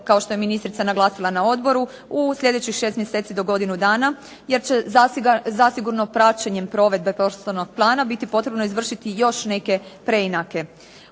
kao što je ministrica naglasila na odboru u sljedećih 6 mjeseci do godinu dana, jer će zasigurno praćenjem provedbe prostornog plana biti potrebno izvršiti još neke preinake.